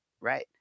right